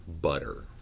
Butter